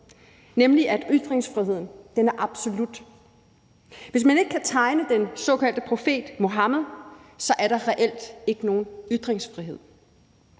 nemlig at ytringsfriheden er absolut. Hvis man ikke kan tegne den såkaldte profet Muhammed, er der reelt ikke nogen ytringsfrihed.